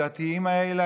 הדתיים האלה,